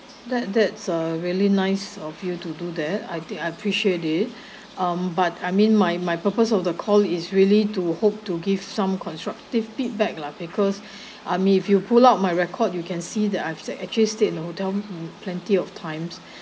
that that's a really nice of you to do that I think I appreciate it um but I mean my my purpose of the call is really to hope to give some constructive feedback lah because um if you pull out my record you can see that I've actually stayed in the hotel plenty of times